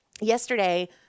yesterday